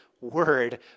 word